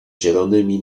zielonymi